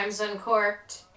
Uncorked